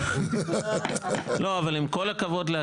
הכבוד,